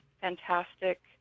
fantastic